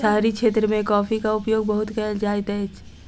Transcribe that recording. शहरी क्षेत्र मे कॉफ़ीक उपयोग बहुत कयल जाइत अछि